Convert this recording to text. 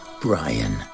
brian